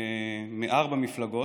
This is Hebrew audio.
מארבע מפלגות,